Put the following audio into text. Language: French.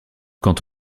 quant